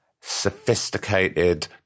sophisticated